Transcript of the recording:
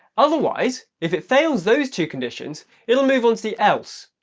otherwise if it fails those two conditions it'll move on to the else.